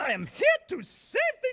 am here to save